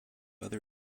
other